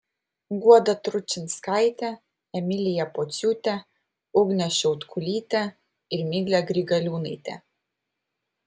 guoda tručinskaitė emilija pociūtė ugnė šiautkulytė ir miglė grigaliūnaitė